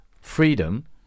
freedom